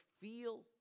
feel